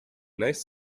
nice